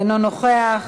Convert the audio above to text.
אינו נוכח,